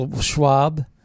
Schwab